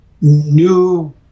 new